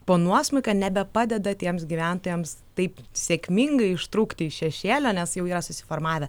po nuosmukio nebepadeda tiems gyventojams taip sėkmingai ištrūkti iš šešėlio nes jau yra susiformavę